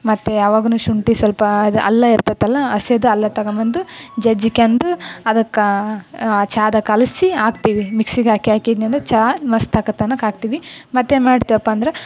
ಮತ್ತು ಯಾವಾಗ್ಲು ಶುಂಠಿ ಸ್ವಲ್ಪ ಅಲ್ಲ ಇರ್ತದಲ್ಲ ಹಸೀದ್ ಅಲ್ಲೇ ತಗೊಬಂದು ಜಜ್ಜಿಕೊಂದ್ ಅದಕ್ಕೆ ಚಹಾದಾಗ್ ಕಲಸಿ ಹಾಕ್ತೀವಿ ಮಿಕ್ಸಿಗೆ ಹಾಕ್ ಹಾಕಿದೆನಂದ್ರ ಚಹಾ ಮಸ್ತ್ ಆಗತ್ತನ್ನೋಕ್ ಹಾಕ್ತೀವಿ ಮತ್ತು ಏನು ಮಾಡ್ತೀವಪ್ಪ ಅಂದ್ರೆ